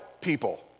people